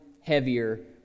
heavier